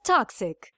Toxic